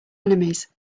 enemies